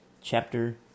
chapter